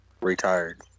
retired